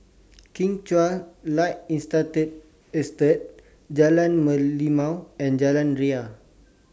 Kim Chuan Light Industrial Estate Jalan Merlimau and Jalan Ria